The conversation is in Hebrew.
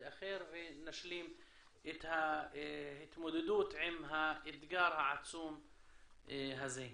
אחר ונשלים את ההתמודדות עם האתגר העצום הזה.